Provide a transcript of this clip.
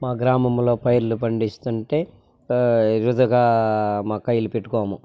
మా గ్రామంలో పైర్లు పండిస్తుంటే వృధాగా మా కైలు పెట్టుకోము